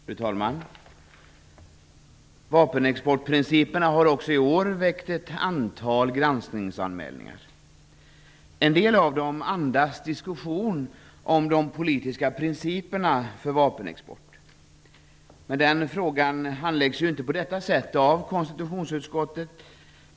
Fru talman! Vapenexportprinciperna har också i år gjort att ett antal granskningsanmälningar har väckts. En del av dem gäller en diskussion om de politiska principerna för vapenexport. Men den frågan handläggs inte på detta sätt av konstitutionsutskottet.